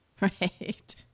Right